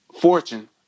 fortune